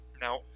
Now